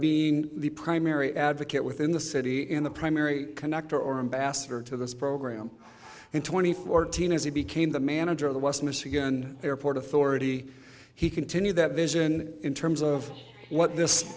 being the primary advocate within the city in the primary connector or ambassador to this program in twenty fourteen as he became the manager of the west michigan airport authority he continued that vision in terms of what this